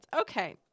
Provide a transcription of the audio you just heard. Okay